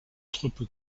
truppe